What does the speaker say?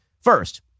first